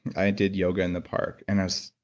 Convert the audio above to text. i did yoga in the park and i was,